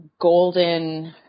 golden